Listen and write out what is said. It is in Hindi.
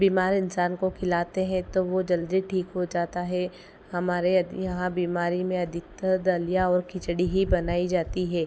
बीमार इंसान को खिलाते हैं तो वह जल्दी ठीक हो जाता हे हमारे य यहाँ बीमारी में अधिकतर दलिया और खिचड़ी ही बनाई जाती है